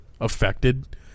affected